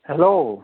hello